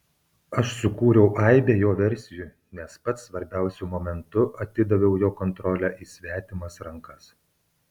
aš sukūriau aibę jo versijų nes pats svarbiausiu momentu atidaviau jo kontrolę į svetimas rankas